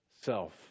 self